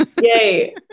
Yay